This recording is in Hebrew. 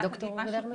ד"ר לרנר?